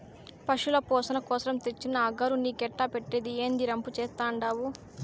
పశుల పోసణ కోసరం తెచ్చిన అగరు నీకెట్టా పెట్టేది, ఏందీ రంపు చేత్తండావు